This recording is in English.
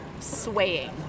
Swaying